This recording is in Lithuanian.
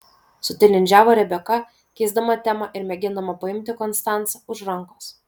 sutilindžiavo rebeka keisdama temą ir mėgindama paimti konstancą už rankos